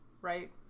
right